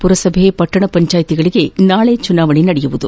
ಪುರಸಭೆ ಪಟ್ಟಣ ಪಂಚಾಯಿತಿಗಳಿಗೆ ನಾಳೆ ಚುನಾವಣೆ ನಡೆಯಲಿದೆ